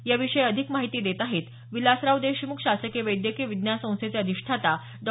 याविषयी अधिक माहिती देत आहेत विलासराव देशमुख शासकीय वैद्यकीय विज्ञान संस्थेचे अधिष्ठाता डॉ